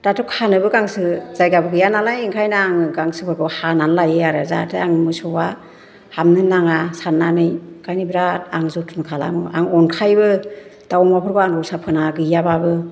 दाथ' खानोबो गांसो जायगाबो गैया नालाय ओंखायनो आङो गांसोफोरखौ हानानै लायो आरो जाहाथे आंनि मोसौआ हामनो नाङा सान्रानै ओंखायनो बिराथ आं जथन' खालामो आं अनखायोबो दाउ अमाफोरखौ आं रसा फोनाङा गैयाबाबो